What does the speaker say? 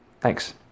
Thanks